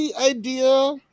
idea